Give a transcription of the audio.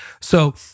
So-